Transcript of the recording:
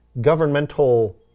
governmental